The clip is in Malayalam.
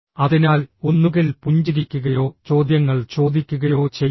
അതിനാൽ ഒന്നുകിൽ പുഞ്ചിരിക്കുകയോ ചോദ്യങ്ങൾ ചോദിക്കുകയോ ചെയ്യുക